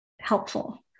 helpful